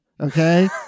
Okay